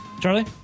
Charlie